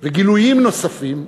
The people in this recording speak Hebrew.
וגילויים נוספים,